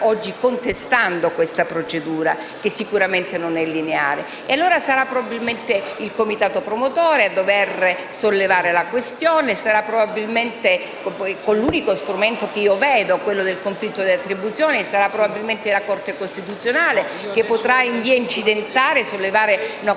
oggi contestando questa procedura, sicuramente non lineare. Sarà allora probabilmente il comitato promotore a dover sollevare la questione, con l'unico strumento che intravedo, quello del conflitto di attribuzione. Sarà probabilmente la Corte costituzionale che potrà, in via incidentale, sollevare una